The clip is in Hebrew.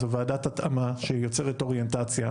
זו ועדת התאמה שיוצרת אוריינטציה,